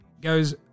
goes